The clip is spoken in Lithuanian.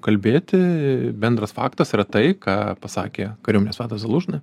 kalbėti i bendras faktas yra tai ką pasakė kariuomenės vadas zalužny